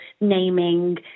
naming